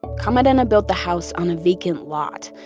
camarena built the house on a vacant lot,